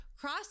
cross